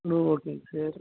ஓகேங்க சார்